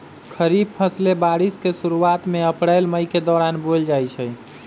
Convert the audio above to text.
खरीफ फसलें बारिश के शुरूवात में अप्रैल मई के दौरान बोयल जाई छई